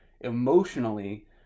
emotionally